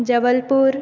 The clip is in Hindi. जबलपुर